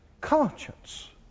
conscience